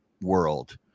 world